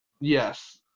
yes